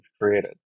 created